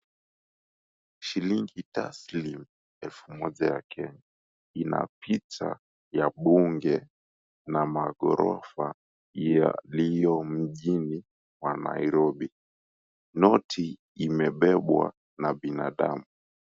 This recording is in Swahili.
Shilingi taslimu elfu moja ya Kenya. Ina picha ya bunge, na maghorofa yaliyo mjini wa Nairobi. Noti imebebwa na binadamu.